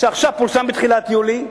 עכשיו פורסמו, בתחילת יולי,